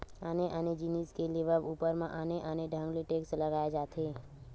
आने आने जिनिस के लेवब ऊपर म आने आने ढंग ले टेक्स लगाए जाथे